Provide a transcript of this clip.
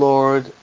Lord